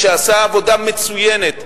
שעשה עבודה מצוינת,